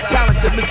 Talented